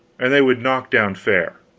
and they would knock down fare